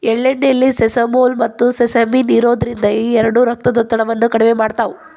ಎಳ್ಳೆಣ್ಣೆಯಲ್ಲಿ ಸೆಸಮೋಲ್, ಮತ್ತುಸೆಸಮಿನ್ ಇರೋದ್ರಿಂದ ಈ ಎರಡು ರಕ್ತದೊತ್ತಡವನ್ನ ಕಡಿಮೆ ಮಾಡ್ತಾವ